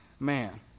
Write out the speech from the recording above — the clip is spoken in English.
Man